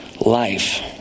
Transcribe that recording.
life